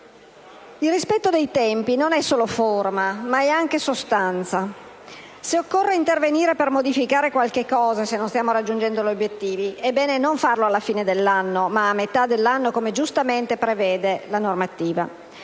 Il rispetto dei tempi non è solo forma, ma è anche sostanza. Se occorre intervenire per modificare qualcosa, se non stiamo raggiungendo gli obiettivi, è bene non farlo alla fine dell'anno, ma a metà dell'anno, come giustamente prevede la normativa.